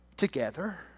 Together